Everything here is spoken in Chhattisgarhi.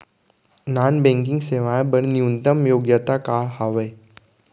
नॉन बैंकिंग सेवाएं बर न्यूनतम योग्यता का हावे?